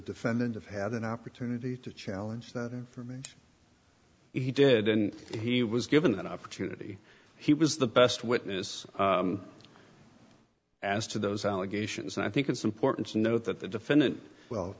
defendant have had an opportunity to challenge that for me he did and he was given an opportunity he was the best witness as to those allegations and i think it's important to note that the defendant well